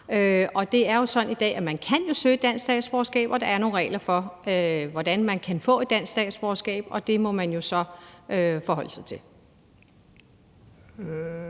Det er sådan i dag, at man kan søge dansk statsborgerskab, og der er nogle regler for, hvordan man kan få dansk statsborgerskab, og det må man jo så forholde sig til.